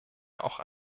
auch